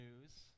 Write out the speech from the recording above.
news